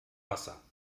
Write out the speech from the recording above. wasser